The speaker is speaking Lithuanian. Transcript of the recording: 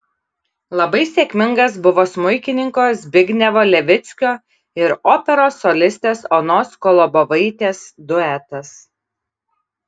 labai sėkmingas buvo smuikininko zbignevo levickio ir operos solistės onos kolobovaitės duetas